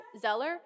Zeller